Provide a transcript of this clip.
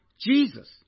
Jesus